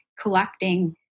collecting